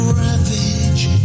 ravage